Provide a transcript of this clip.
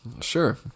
Sure